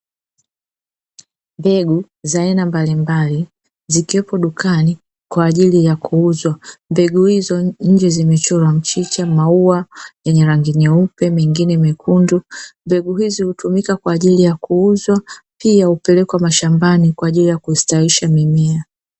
Mbegu za aina mbalimbali zikiwepo dukani kwa ajili ya kuuzwa; mbegu hizo nje zimechorwa mchicha maua yenye rangi nyeupe, mengine mekundu. Mbegu hizi hutumika kwa ajili ya kuuzwa, pia hupelekwa mashambani kwa ajili ya kustawisha mimea.